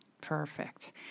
Perfect